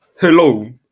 Hello